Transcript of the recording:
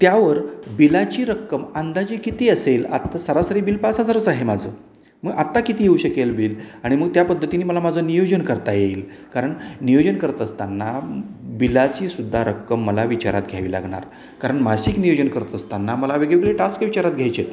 त्यावर बिलाची रक्कम अंदाजे किती असेल आत्ता सरासरी बिल पाच हजारच आहे माझं मग आत्ता किती येऊ शकेल बिल आणि मग त्या पद्धतीने मला माझं नियोजन करता येईल कारण नियोजन करत असताना बिलाची सुद्धा रक्कम मला विचारात घ्यावी लागनार कारण मासिक नियोजन करत असताना मला वेगवेगळे टास्क विचारात घ्यायचे